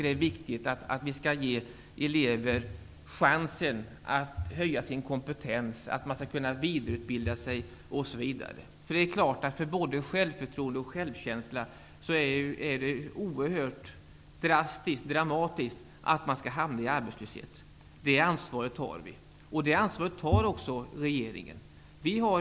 Det är viktigt att vi ger elever chansen att höja sin kompetens och att kunna vidareutbilda sig osv. Det är oerhört dramatiskt för både självförtroende och självkänsla att hamna i arbetslöshet. Det ansvaret tar vi. Det ansvaret tar också regeringen.